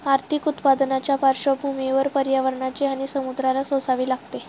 आर्थिक उत्पन्नाच्या पार्श्वभूमीवर पर्यावरणाची हानी समुद्राला सोसावी लागते